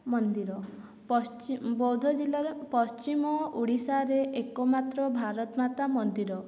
ମନ୍ଦିର ପଶ୍ଚି ବୌଦ୍ଧ ଜିଲ୍ଲାର ପଶ୍ଚିମ ଓଡ଼ିଶାରେ ଏକମାତ୍ର ଭାରତ ମାତା ମନ୍ଦିର